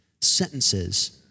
sentences